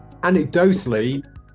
anecdotally